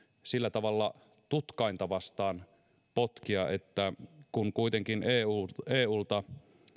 sillä tavalla tutkainta vastaan potkia että kun kuitenkin eulta